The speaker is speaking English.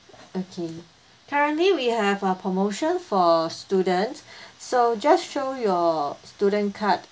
okay currently we have our promotion for students so just show your student card